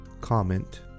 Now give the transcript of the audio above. comment